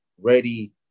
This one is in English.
ready